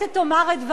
הכנסת תאמר את דברה.